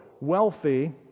wealthy